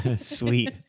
Sweet